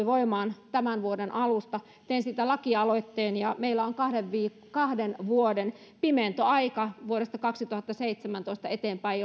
voimaan tämän vuoden alusta tein siitä lakialoitteen meillä oli kahden vuoden pimentoaika vuodesta kaksituhattaseitsemäntoista eteenpäin